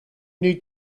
need